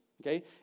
Okay